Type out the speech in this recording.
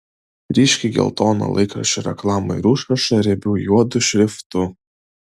ryškiai geltoną laikraščio reklamą ir užrašą riebiu juodu šriftu